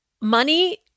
money